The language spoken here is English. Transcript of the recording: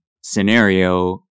scenario